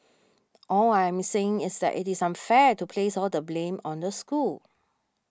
all I am saying is that it is unfair to place all the blame on the school